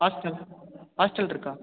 hostel hostel இருக்கா